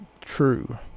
true